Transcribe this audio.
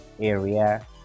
area